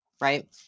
right